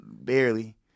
Barely